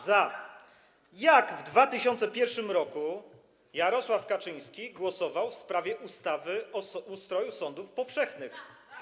Za. Jak w 2001 r. Jarosław Kaczyński głosował w sprawie ustawy o ustroju sądów powszechnych?